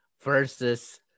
versus